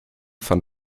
fand